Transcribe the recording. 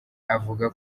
avuga